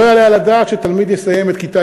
לא יעלה על הדעת שתלמיד יסיים את כיתה